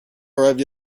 arrived